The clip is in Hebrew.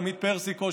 עמית פרסיקו,